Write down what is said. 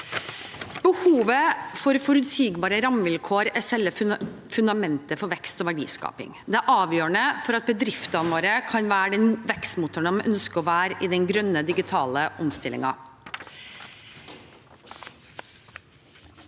Behovet for forutsigbare rammevilkår er selve fundamentet for vekst og verdiskaping. Det er avgjørende for at bedriftene våre kan være den vekstmotoren de ønsker å være i den grønne digitale omstillingen.